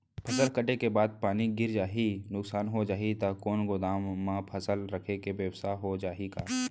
फसल कटे के बाद पानी गिर जाही, नुकसान हो जाही त कोनो गोदाम म फसल रखे के बेवस्था हो जाही का?